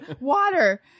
Water